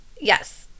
Yes